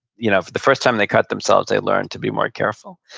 you know the first time they cut themselves they learned to be more careful.